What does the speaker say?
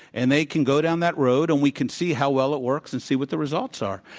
and they can go down that road, and we can see how well it works and see what the results are.